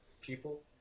people